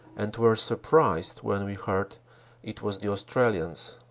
and were surprised when we heard it was the australians.